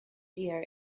year